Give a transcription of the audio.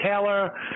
Taylor